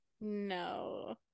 No